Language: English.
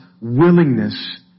willingness